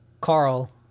carl